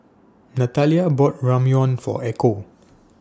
Nathalia bought Ramyeon For Echo